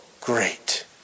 great